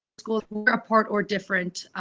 schools report or different